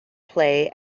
play